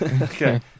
Okay